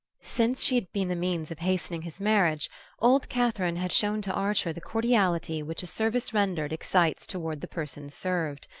since she had been the means of hastening his marriage old catherine had shown to archer the cordiality which a service rendered excites toward the person served.